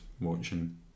watching